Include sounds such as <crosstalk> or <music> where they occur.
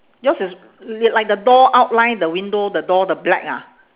yours is <noise> like the door outline the window the door the black ha